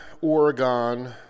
Oregon